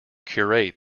curate